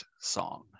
song